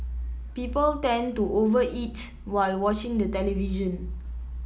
people tend to over eat while watching the television